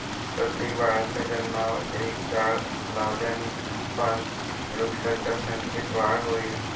प्रत्येक बाळाच्या जन्मावर एक झाड लावल्याने पण वृक्षांच्या संख्येत वाढ होईल